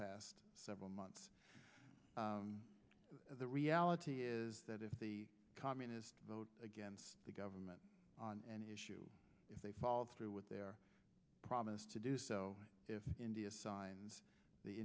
last several months the reality is that if the communists vote against the government on any issue if they follow through with their promise to do so if india signed the